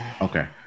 Okay